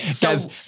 Guys